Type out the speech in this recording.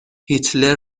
هیتلر